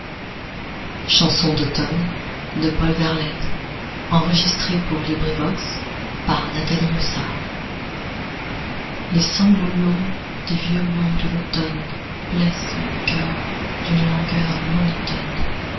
chanson d'automne les sanglots longs des violons de l'automne blessent mon coeur d'une langueur monotone